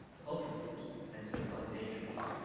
culture groups and civilizations.